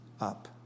up